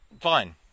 fine